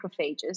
macrophages